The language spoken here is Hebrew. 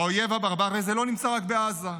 והאויב הברברי הזה לא נמצא רק בעזה,